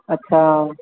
ਅੱਛਾ